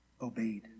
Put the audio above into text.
obeyed